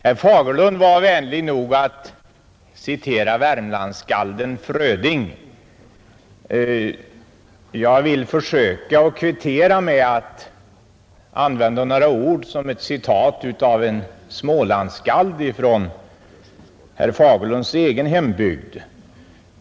Herr Fagerlund var vänlig nog att citera Värmlandsskalden Fröding, och jag vill kvittera det med att citera några ord av en Smålandsförfattare från herr Fagerlunds egen hembygd.